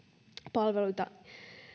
palveluita